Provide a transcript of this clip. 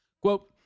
Quote